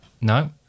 No